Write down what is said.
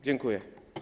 Dziękuję.